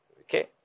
Okay